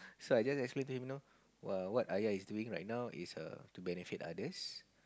so I just explain to him you know what is doing right now is to benefit others